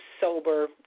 sober